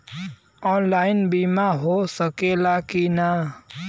Online बीमा हो सकेला की ना?